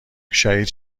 شهید